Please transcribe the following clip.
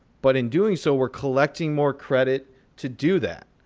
but in doing so, we're collecting more credit to do that.